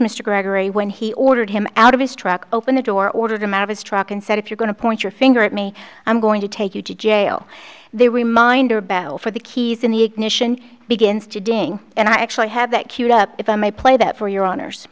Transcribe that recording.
mr gregory when he ordered him out of his truck open the door ordered him out of his truck and said if you're going to point your finger at me i'm going to take you to jail they reminder bell for the keys in the ignition begins to ding and i actually have that cued up if i may play that for your hono